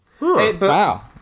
Wow